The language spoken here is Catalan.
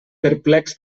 perplex